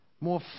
more